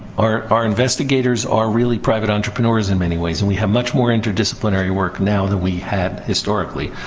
our our investigators are really private entrepreneurs in many ways. and we have much more interdisciplinary work now than we had historically.